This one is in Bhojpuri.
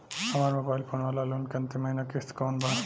हमार मोबाइल फोन वाला लोन के अंतिम महिना किश्त कौन बा?